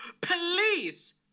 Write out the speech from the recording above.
please